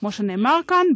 כמו שנאמר כאן,